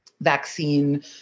vaccine